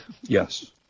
yes